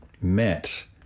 met